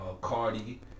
Cardi